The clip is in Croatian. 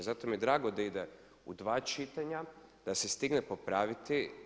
Zato mi je drago da ide u dva čitanja, da se stigne popraviti.